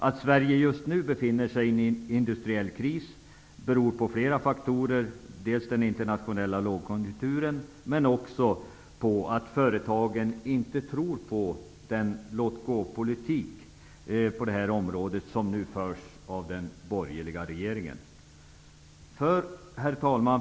Att Sverige just nu befinner sig i en industriell kris beror på flera faktorer, dels den internationella lågkonjunkturen, dels på att företagen inte tror på den låtgåpolitik som förs av den borgerliga regeringen på det här området. Herr talman!